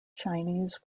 chinese